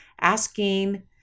asking